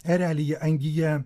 erelyje angyje